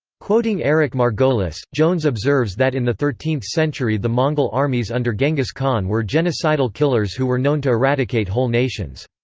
quoting eric margolis, jones observes that in the thirteenth century the mongol armies under genghis khan were genocidal killers who were known to eradicate whole nations.